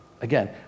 Again